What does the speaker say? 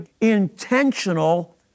intentional